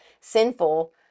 sinful